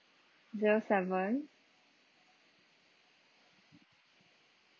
zero seven